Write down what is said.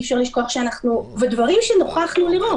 אלה דברים שנוכחנו לראות.